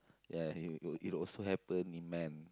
ya he it it also happen in man